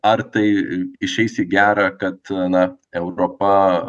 ar tai išeis į gera kad na europa